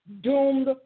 doomed